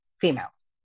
females